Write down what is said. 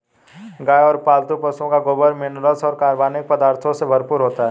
गाय और पालतू पशुओं का गोबर मिनरल्स और कार्बनिक पदार्थों से भरपूर होता है